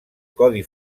codi